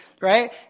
right